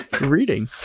reading